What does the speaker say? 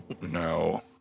No